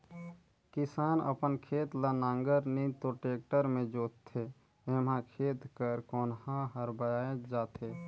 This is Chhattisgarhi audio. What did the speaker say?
किसान अपन खेत ल नांगर नी तो टेक्टर मे जोतथे एम्हा खेत कर कोनहा हर बाएच जाथे